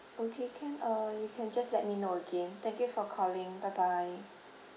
okay can uh you can just let me know again thank you for calling bye bye